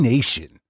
Nation